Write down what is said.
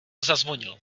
zazvonil